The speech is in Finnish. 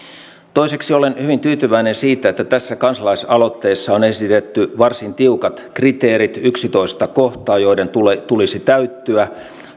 toiseksi olen hyvin tyytyväinen siitä että tässä kansalaisaloitteessa on esitetty varsin tiukat kriteerit yhdestoista kohtaa joiden tulisi täyttyä